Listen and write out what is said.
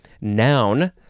Noun